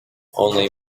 only